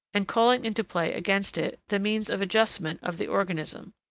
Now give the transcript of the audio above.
and calling into play against it the means of adjustment of the organism.